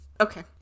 Okay